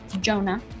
Jonah